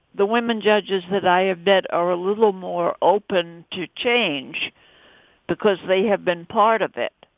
the women judges that i ah bet are a little more open to change because they have been part of it.